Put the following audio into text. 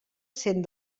cent